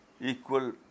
equal